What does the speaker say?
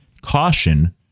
caution